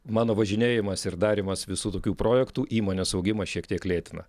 mano važinėjimas ir darymas visų tokių projektų įmonės augimą šiek tiek lėtina